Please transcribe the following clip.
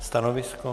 Stanovisko?